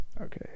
Okay